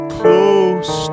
close